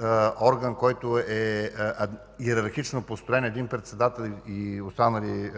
не е орган, който е йерархично построен от един председател и останали